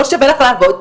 לא שווה לך לעבוד,